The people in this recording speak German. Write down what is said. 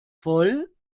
voll